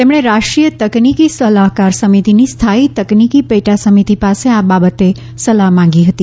તેમણે રાષ્ટ્રીય તકનીકી સલાહકાર સમિતિની સ્થાયી તકનીકિ પેટા સમિતિ પાસે આ બાબતે સલાહ્ માંગી હતી